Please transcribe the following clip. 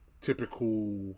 typical